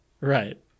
Right